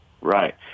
right